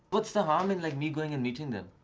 what's the harm in like me going and meeting them?